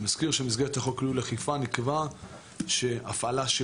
אני מזכיר שבמסגרת חוק ניהול אכיפה נקבע שהפעלה של